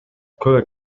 көп